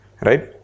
right